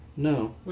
No